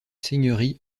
seigneurie